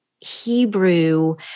Hebrew